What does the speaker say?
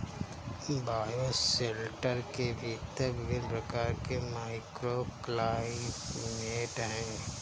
bioshelter के भीतर विभिन्न प्रकार के माइक्रोक्लाइमेट हैं